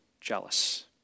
jealous